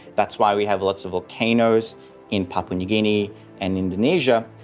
that's why we have lots of volcanoes in papua new guinea and indonesia,